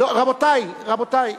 רבותי, רבותי.